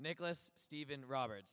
nicholas steven robert